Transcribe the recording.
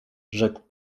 rzekł